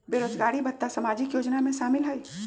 बेरोजगारी भत्ता सामाजिक योजना में शामिल ह ई?